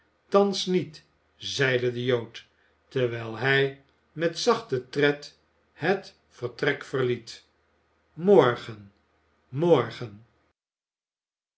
thans niet zeide de jood terwijl hij met zachten tred het vertrek verliet morgen morgen